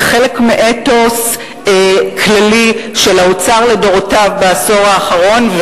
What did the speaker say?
זה חלק מאתוס כללי של האוצר לדורותיו בעשור האחרון,